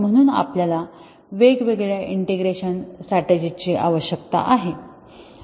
म्हणून आपल्याला वेगवेगळ्या इंटिग्रेशन स्ट्रॅटेजीची आवश्यकता आहे